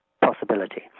possibility